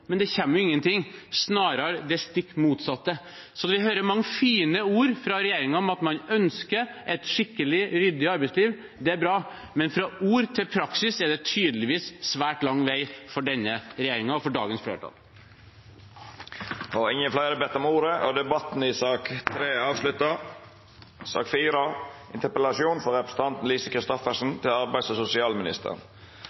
Men det kommer ingenting, snarere det stikk motsatte. Vi hører mange fine ord fra regjeringen om at man ønsker et skikkelig, ryddig arbeidsliv. Det er bra. Men fra ord til praksis er det tydeligvis svært lang vei for denne regjeringen og for dagens flertall. Fleire har ikkje bedt om ordet til sak nr. 3. Utgangspunktet for denne interpellasjonen ligger egentlig litt tilbake i tid, men den er